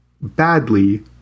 badly